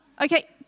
Okay